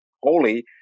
holy